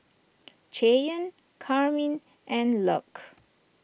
Cheyanne Carmine and Luc